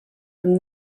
from